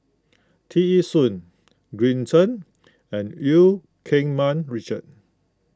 Tear Ee Soon Green Zeng and Eu Keng Mun Richard